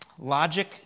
logic